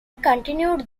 continued